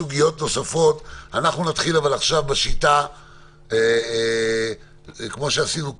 אנחנו נתחיל עכשיו כמו שעשינו קודם.